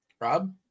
rob